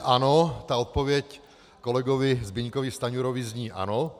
Ano, ta odpověď kolegovi Zbyňkovi Stanjurovi zní ano.